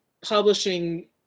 publishing